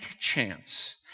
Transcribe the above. chance